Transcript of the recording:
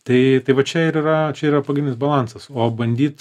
tai tai va čia ir yra čia yra pagrindinis balansas o bandyt